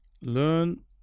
Learn